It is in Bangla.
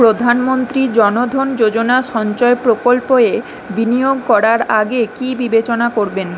প্রধানমন্ত্রী জনধন যোজনা সঞ্চয় প্রকল্পে বিনিয়োগ করার আগে কী বিবেচনা করবেন